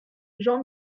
jean